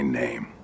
name